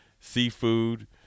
seafood